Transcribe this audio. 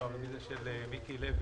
את הרביזיה של מיקי לוי,